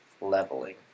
Leveling